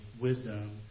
wisdom